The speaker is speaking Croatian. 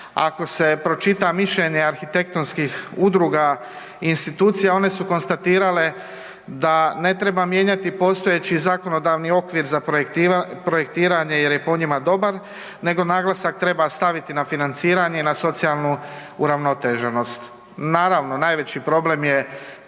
ako se pročita mišljenje arhitektonskih udruga i institucija, su konstatirale da ne treba mijenjati postojeći zakonodavni okvir za projektiranje jer je po njima dobar nego naglasak treba staviti na financiranje i na socijalnu uravnoteženost. Naravno najveći problem je